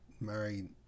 married